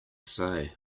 say